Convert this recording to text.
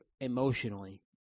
emotionally